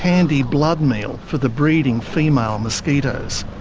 handy blood meal for the breeding female mosquitoes.